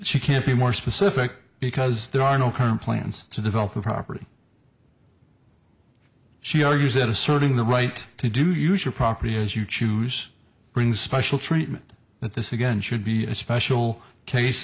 she can't be more specific because there are no current plans to develop a property she argues that asserting the right to do use your property as you choose brings special treatment but this again should be a special case